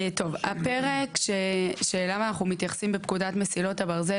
הפרק שאליו אנחנו מתייחסים בפקודת מסילות הברזל,